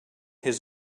his